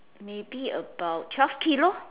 maybe about twelve kilo